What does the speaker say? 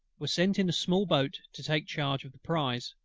were sent in a small boat to take charge of the prize,